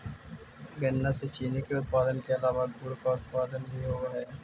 गन्ना से चीनी के उत्पादन के अलावा गुड़ का उत्पादन भी होवअ हई